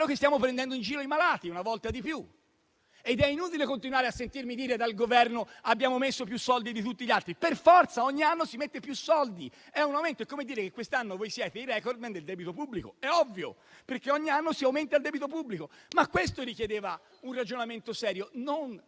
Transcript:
che stiamo prendendo in giro i malati, una volta di più. Ed è inutile che il Governo continui a dire "abbiamo messo più soldi di tutti gli altri", perché per forza ogni anno si mettono più soldi: è un aumento, come dire che quest'anno voi siete i *recordman* del debito pubblico; è ovvio, perché ogni anno si aumenta il debito pubblico, ma questo richiedeva un ragionamento serio e non